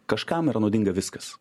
kažkam yra naudinga viskas